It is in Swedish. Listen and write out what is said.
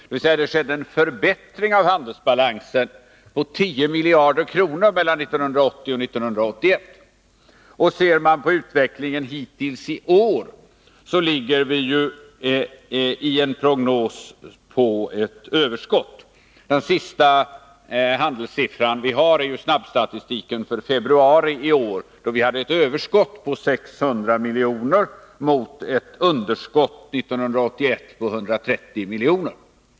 Det skedde alltså en förbättring av handelsbalansen med 10 miljarder mellan 1980 och 1981. Ser man på utvecklingen hittills i år, finner man att prognosen visar på ett överskott. Den senaste uppgift vi har på det här området är snabbstatistiken för februari i år, då vi hade ett överskott på 600 miljoner mot ett underskott samma tid 1981 på 130 miljoner.